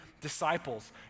Disciples